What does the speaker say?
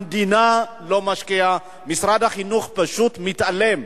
המדינה לא משקיעה, משרד החינוך פשוט מתעלם.